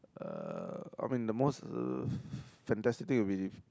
uh I mean the most uh fantastic thing will be